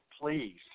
please